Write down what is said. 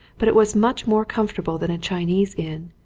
but it was much more comfortable than a chinese inn,